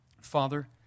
Father